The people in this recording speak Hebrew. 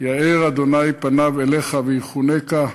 יאר ה' פניו אליך ויחנך,